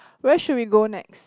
where should we go next